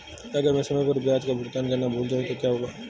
अगर मैं समय पर ब्याज का भुगतान करना भूल जाऊं तो क्या होगा?